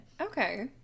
okay